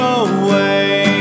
away